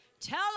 Tell